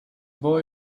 boy